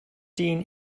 dean